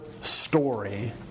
story